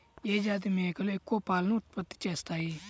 ఏ జాతి మేకలు ఎక్కువ పాలను ఉత్పత్తి చేస్తాయి?